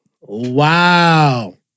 Wow